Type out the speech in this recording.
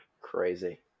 Crazy